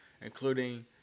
including